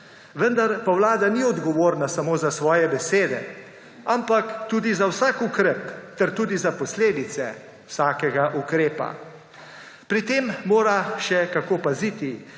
vendar pa vlada ni odgovorna samo za svoje besede, ampak tudi za vsak ukrep ter tudi za posledice vsakega ukrepa. Pri tem mora še kako paziti,